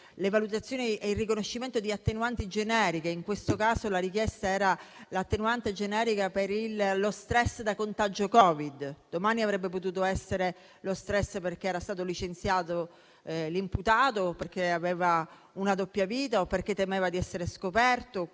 le valutazioni e il riconoscimento di attenuanti generiche. In questo caso la richiesta era l'attenuante generica per lo stress da contagio Covid; domani avrebbe potuto essere lo stress perché l'imputato era stato licenziato, perché aveva una doppia vita o temeva di essere scoperto.